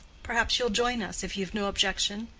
perhaps you'll join us, if you've no objection.